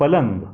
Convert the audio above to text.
पलंग